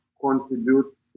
contribute